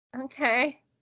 okay